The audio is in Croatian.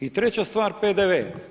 I treća stvar PDV.